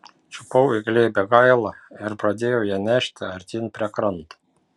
čiupau į glėbį gailą ir pradėjau ją nešti artyn prie kranto